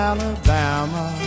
Alabama